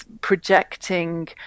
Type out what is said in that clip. projecting